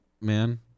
man